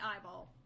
eyeball